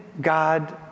God